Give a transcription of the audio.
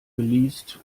geleast